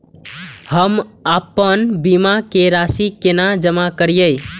हम आपन बीमा के राशि केना जमा करिए?